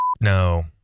No